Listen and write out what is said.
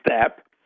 step